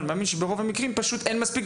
אני מאמין שברוב המקרים פשוט אין מספיק תלמידים.